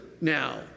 now